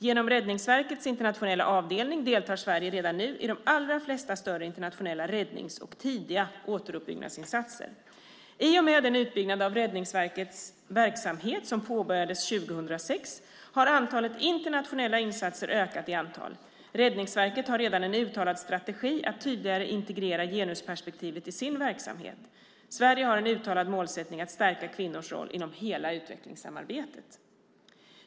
Genom Räddningsverkets internationella avdelning deltar Sverige redan nu i de allra flesta större internationella räddnings och tidiga återuppbyggnadsinsatser. I och med den utbyggnad av Räddningsverkets verksamhet som påbörjades 2006 har antalet internationella insatser ökat i antal. Räddningsverket har redan en uttalad strategi att tydligare integrera genusperspektivet i sin verksamhet. Sverige har en uttalad målsättning att stärka kvinnors roll inom hela utvecklingssamarbetet.